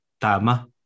TAMA